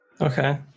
Okay